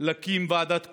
להקים ועדת קורונה,